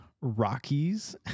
Rockies